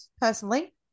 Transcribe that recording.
personally